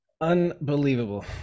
unbelievable